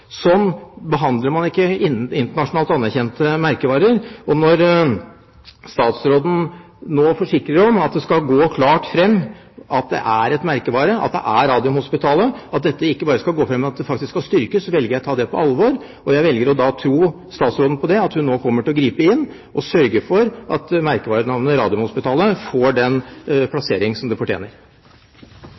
behandler man ikke internasjonalt anerkjente merkevarer. Når statsråden nå forsikrer om at det skal gå klart fram at merkevaren er Radiumhospitalet, at dette ikke bare skal fremgå, men at det faktisk skal styrkes, velger jeg å ta det på alvor. Og jeg velger å tro statsråden på at hun nå kommer til å gripe inn og sørge for at merkevarenavnet Radiumhospitalet får den plassering som det fortjener.